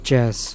Jazz